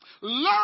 learn